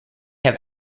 have